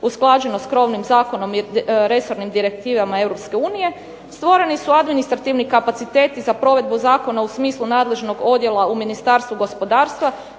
usklađeno sa krovnim zakonom i resornim direktivama Europske unije, stvoreni su administrativni kapaciteti za provedbu zakona u smislu nadležnog odjela u Ministarstvu gospodarstva,